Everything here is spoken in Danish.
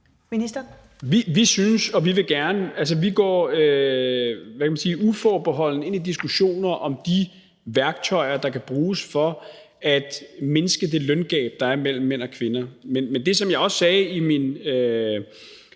Beskæftigelsesministeren (Peter Hummelgaard): Vi går uforbeholdent ind i diskussioner om de værktøjer, der kan bruges for at mindske det løngab, der er mellem mænd og kvinder. Men det, som jeg også sagde i min